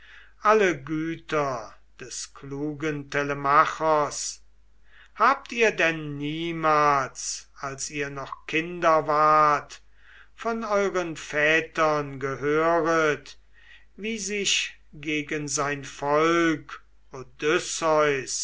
alle güter des klugen telemachos habt ihr denn niemals als ihr noch kinder wart von euren vätern gehöret wie sich gegen sein volk